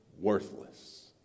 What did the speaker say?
worthless